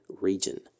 region